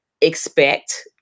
expect